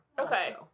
Okay